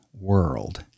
world